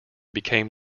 became